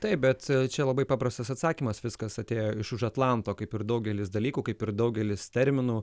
taip bet čia labai paprastas atsakymas viskas atėjo iš už atlanto kaip ir daugelis dalykų kaip ir daugelis terminų